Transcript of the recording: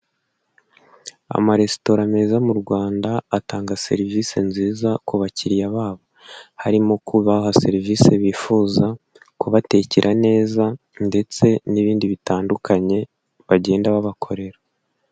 Amaresitora meza mu Rwanda atanga serivisi nziza ku bakiriya babo. Harimo kubaha serivisi bifuza, kubatekera neza ndetse n'ibindi bitandukanye bagenda babakorera.